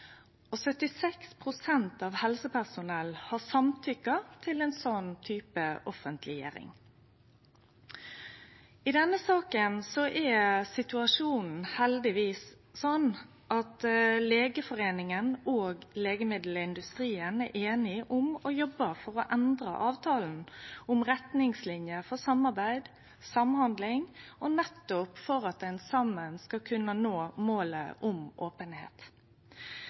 av helsepersonellet har samtykt til ei slik offentleggjering. I denne saka er situasjonen heldigvis slik at Legeforeningen og legemiddelindustrien er einige om å jobbe for å endre avtalen om retningslinjer for samarbeid og samhandling nettopp for at ein saman skal kunne nå målet om